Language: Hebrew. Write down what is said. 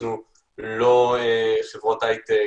אנחנו לא חברות הי-טק,